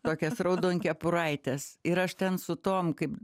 tokias raudonkepuraitės ir aš ten su tom kaip